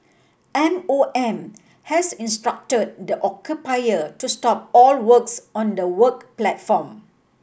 M O M has instructed the occupier to stop all works on the work platform